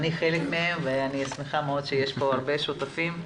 אני חלק מהם ואני שמחה מאוד שיש פה הרבה שותפים,